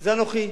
זה אנוכי.